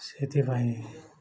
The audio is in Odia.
ସେଥିପାଇଁ